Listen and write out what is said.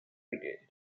brigade